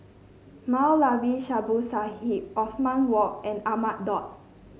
Moulavi Babu Sahib Othman Wok and Ahmad Daud